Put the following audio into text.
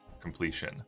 completion